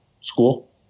school